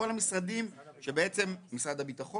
משרד הביטחון.